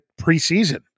preseason